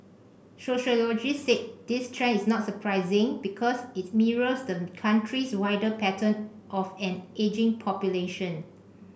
sociologists said this trend is not surprising because it mirrors the country's wider pattern of an ageing population